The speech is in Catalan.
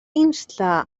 instar